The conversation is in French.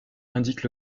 indique